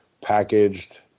Packaged